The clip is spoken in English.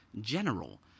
General